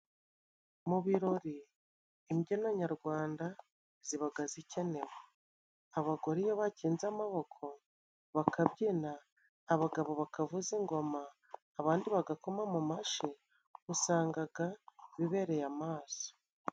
Mu birori imbyino nyarwanda zibaga zikenewe， abagore iyo batenze amaboko bakabyina，abagabo bakavuza ingoma， abandi bagakoma mu mashi， usangaga bibereye amaso.